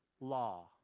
law